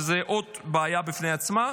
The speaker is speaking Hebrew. שזו עוד בעיה בפני עצמה,